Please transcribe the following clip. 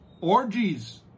orgies